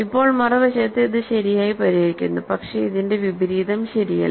ഇപ്പോൾ മറുവശത്ത് ഇത് ശരിയായി പരിഹരിക്കുന്നു പക്ഷേ ഇതിന്റെ വിപരീതം ശരിയല്ല